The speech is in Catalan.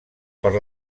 per